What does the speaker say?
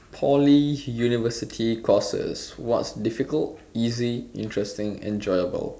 Poly university courses what's difficult easy interesting enjoyable